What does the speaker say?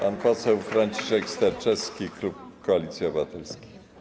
Pan poseł Franciszek Sterczewski, klub Koalicja Obywatelska.